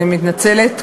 אני מתנצלת,